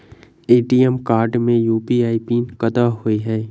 ATM card मे UPI pin कतह होइ है?